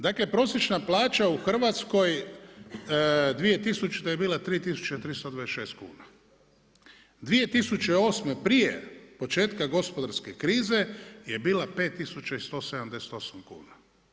Dakle prosječna plaća u Hrvatskoj 2000. je bila 3.326 kuna, 2008. prije početka gospodarske krize je bila 5.178 kuna.